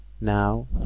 now